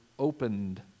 opened